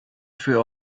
für